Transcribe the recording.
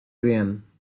bien